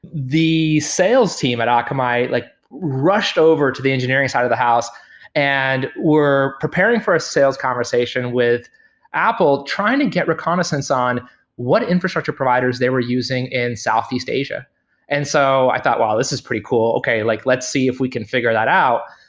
the sales team at akamai like rushed over to the engineering side of the house and we're preparing for a sales conversation with apple trying to get reconnaissance on what infrastructure providers they were using in southeast asia and so i thought, wow, this is pretty cool. okay, like let's see if we can figure that out.